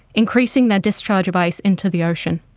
increasing their discharge of ice into the ocean.